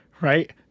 Right